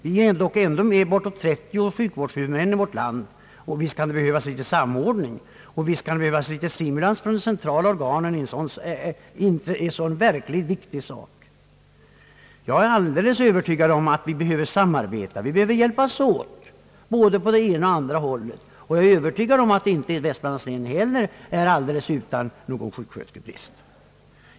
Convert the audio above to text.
Det är ju fråga om bortåt 30 sjukvårdshuvudmän i vårt land, och visst kan det behövas samordning och visst kan det behövas stimulans från de centrala organens sida i en så viktig fråga som det här gäller. Jag är alldeles övertygad om att vi behöver samarbeta och att vi behöver hjälpas åt från både det ena och det andra hållet. Jag är övertygad om att inte heller Västmanlands län är helt utan någon sjuksköterskebrist.